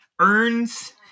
earns